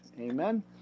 Amen